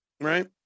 Right